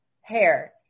hair